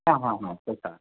हां हां हां हो का